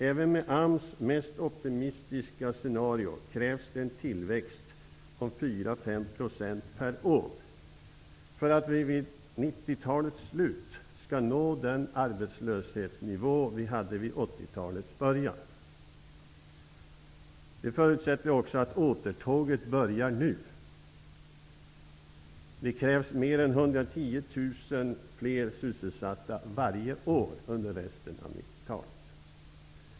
Även med AMS mest optimistiska scenario krävs det en tillväxt av 4-5 % per år för att vi vid 90-talets slut skall nå den arbetslöshetsnivå som vi hade vid 80 talets början. Det förutsätter också att återtåget börjar nu. Det krävs mer än 110 000 fler sysselsatta varje år under resten av 90-talet.